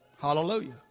Hallelujah